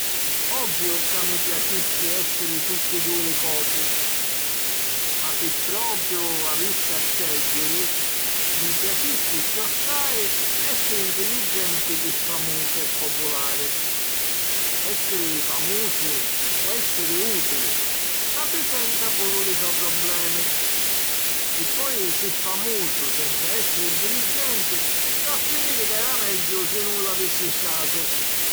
Ovviu ca mi piacissi èssiri tutti dui li cosi. Ma si propiu avissi a scègghiri, mi piacissi chiossai èssiri ntilligenti chi famusu e populari. Essiri famusu po èssiri ùtili ma prisenta puru li so' problemi; si poi si' famusu senza èssiri ntilligenti, va a finiri ca era megghiu si nun l'avissi statu!